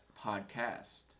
Podcast